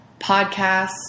Podcasts